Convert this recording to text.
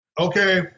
Okay